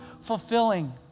fulfilling